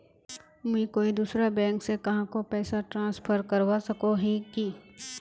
मुई कोई दूसरा बैंक से कहाको पैसा ट्रांसफर करवा सको ही कि?